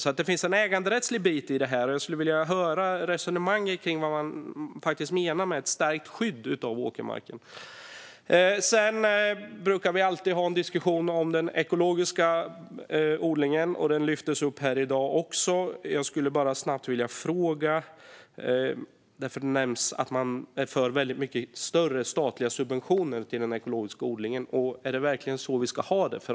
Det finns alltså en äganderättslig bit i detta, och jag skulle vilja höra resonemanget kring vad man faktiskt menar med stärkt skydd av åkermarken. Sedan brukar vi alltid ha en diskussion om den ekologiska odlingen. Den lyftes upp också här i dag. Eftersom det nämndes att man är för mycket större statliga subventioner till den ekologiska odlingen skulle jag bara snabbt vilja fråga om det verkligen är så vi ska ha det.